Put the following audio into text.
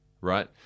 right